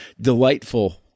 Delightful